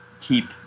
keep